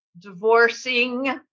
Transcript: divorcing